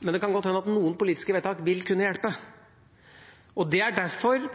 men det kan godt hende at noen politiske vedtak vil kunne hjelpe. Det er derfor